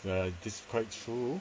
ya this quite true